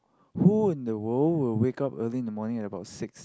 who in the world will wake up early in the morning at about six